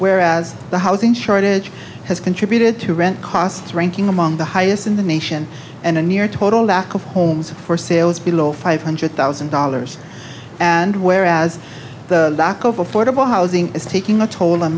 whereas the housing shortage has contributed to rent costs ranking among the highest in the nation and a near total lack of homes for sale is below five hundred thousand dollars and whereas the lack of affordable housing is taking a toll on